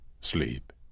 Sleep